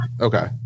Okay